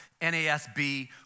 NASB